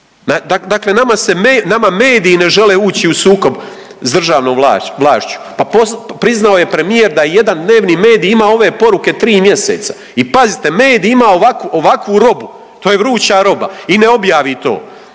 Dakle, nama mediji ne žele ući u sukob s državnom vlašću. Pa priznao je premijer da je jedan dnevni medij imao ove poruke tri mjeseca. I pazite medij ima ovakvu robu, to je vruća roba i ne objavi to.